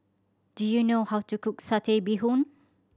do you know how to cook Satay Bee Hoon